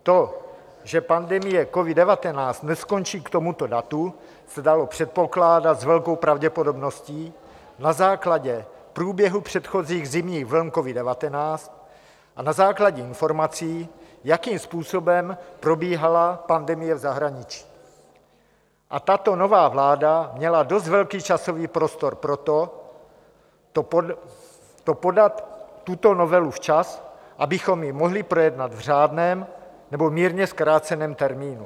To, že pandemie covid19 neskončí k tomuto datu, se dalo předpokládat s velkou pravděpodobností na základě průběhu předchozích vln covid19 a na základě informací, jakým způsobem probíhala pandemie v zahraničí a tato nová vláda měla dost velký časový prostor pro to, podat tuto novelu včas, abychom ji mohli projednat v řádném nebo mírně zkráceném termínu.